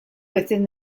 within